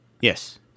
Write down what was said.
Yes